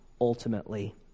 ultimately